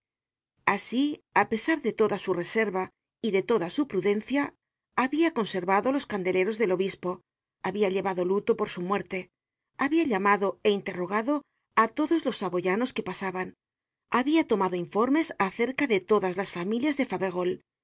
asi á pesar de toda su reserva y de toda su prudencia habia conservado los candeleros del obispo habia llevado luto por su muerte habia llamado é interrogado á todos los saboyanos que pasaban habia tomado informes acerca de todas las familias de faverolies y